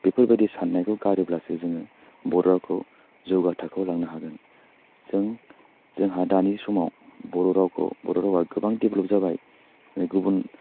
बेफोरबायदि सान्नायखौ गारोब्लासो जोङो बर' रावखौ जौगा थाखोआव लांनो हागोन जों जोंहा दानि समाव बर' रावखौ बर' रावा गोबां डेभ्लाप जाबाय गुबुन